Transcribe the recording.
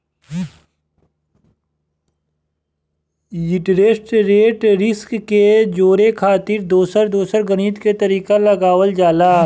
interest rate risk के जोड़े खातिर दोसर दोसर गणित के तरीका लगावल जाला